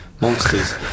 monsters